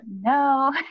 no